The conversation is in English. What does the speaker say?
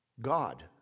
God